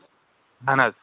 اَہَن حظ